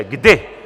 Kdy!